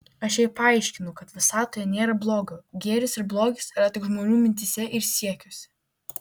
aš jai paaiškinau kad visatoje nėra blogio gėris ir blogis yra tik žmonių mintyse ir siekiuose